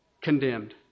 condemned